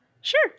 sure